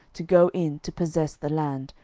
to go in to possess the land,